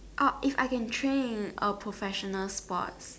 orh if I can train a professional sports